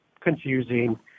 confusing